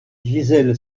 gisèle